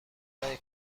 ابتدای